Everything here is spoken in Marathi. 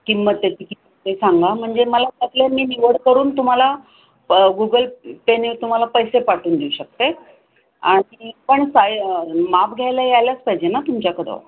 किंमत त्याची किती ते सांगा म्हणजे मला त्यातल्या मी निवड करून तुम्हाला प गुगल पेने तुम्हाला पैसे पाठवून देऊ शकते आणि पण साई माप घ्यायला यायलाच पाहिजे ना तुमच्याकडं